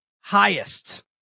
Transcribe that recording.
highest